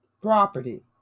Property